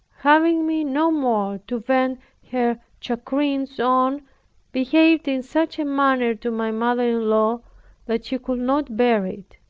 having me no more to vent her chagrins on behaved in such a manner to my mother-in-law that she could not bear it.